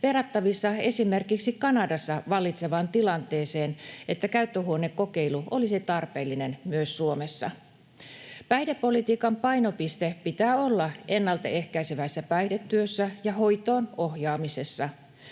verrattavissa esimerkiksi Kanadassa vallitsevaan tilanteeseen — että käyttöhuonekokeilu olisi tarpeellinen myös Suomessa. Päihdepolitiikan painopisteen pitää olla ennaltaehkäisevässä päihdetyössä ja hoitoon ohjaamisessa.